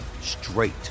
straight